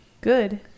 Good